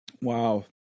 wow